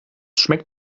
schmeckt